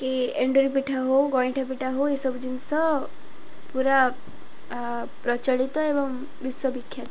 କି ଏଣ୍ଡୁରି ପିଠା ହେଉ ଗଇଁଠା ପିଠା ହେଉ ଏସବୁ ଜିନିଷ ପୁରା ପ୍ରଚଳିତ ଏବଂ ବିଶ୍ଵବିଖ୍ୟାତ